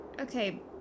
Okay